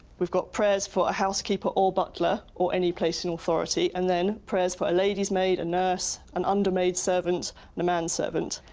we've got prayers for a housekeeper or butler or any place in authority, and then, prayers for a lady's maid, a nurse, an under-maid's servant and a man servant.